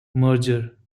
merger